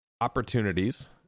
opportunities